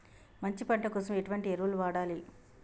మంచి పంట కోసం ఎటువంటి ఎరువులు వాడాలి?